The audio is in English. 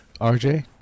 RJ